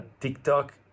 TikTok